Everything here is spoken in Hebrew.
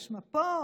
יש מפות,